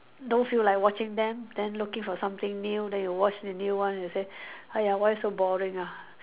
don't feel like watching them then looking for something new then you watch the new one you say !aiya! why so boring ah